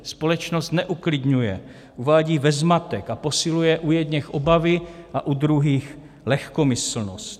Společnost neuklidňuje, uvádí ve zmatek, posiluje u jedněch obavy a u druhých lehkomyslnost.